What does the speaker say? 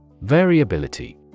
Variability